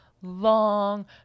long